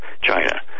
China